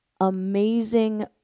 amazing